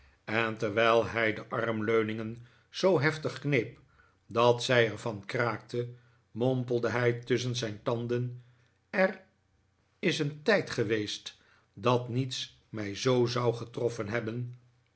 en terwijl hij de armleuningen zoo heftig kneep dat zij er van kraakten mompelde hij tusschen zijn tanden er is een tijd geweest dat niets mij zoo zou getroffen hebben